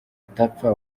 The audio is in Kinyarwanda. idapfa